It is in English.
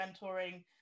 mentoring